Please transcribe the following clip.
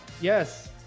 Yes